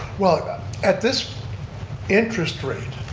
well, and at this interest rate,